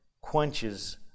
quenches